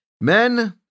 Men